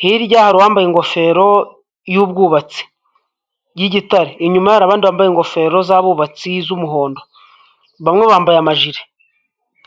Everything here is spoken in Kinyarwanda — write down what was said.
hirya hari uwambaye ingofero y'ubwubatsi y'igitare, inyuma ye hari abandi bambaye ingofero z'abubatsi z'umuhondo, bamwe bambaye amajire.